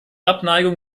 abneigung